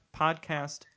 podcast